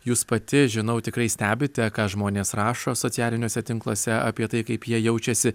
jūs pati žinau tikrai stebite ką žmonės rašo socialiniuose tinkluose apie tai kaip jie jaučiasi